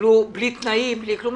שקיבלו בלי תנאים ובלי כלום.